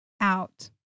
out